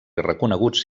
reconeguts